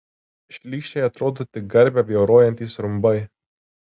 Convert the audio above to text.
šlykščiai atrodo tik garbę bjaurojantys rumbai